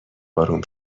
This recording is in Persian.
آروم